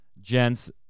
gents